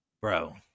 Bro